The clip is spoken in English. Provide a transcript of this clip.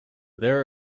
there